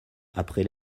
après